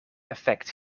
effect